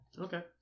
Okay